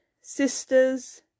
Sisters